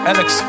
Alex